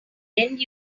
end